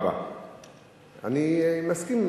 אם לא, אנחנו עוברים להצבעה.